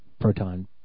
proton